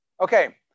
Okay